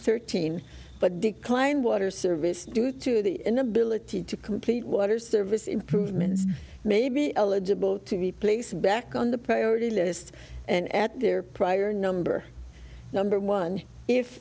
nine but declined water service due to the inability to complete water service improvements may be eligible to be placed back on the priority list and at their prior number number one if